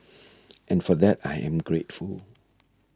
and for that I am grateful